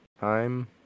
time